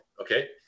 okay